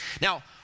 Now